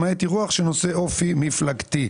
למעט אירוח שנושא אופי מפלגתי.